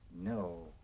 No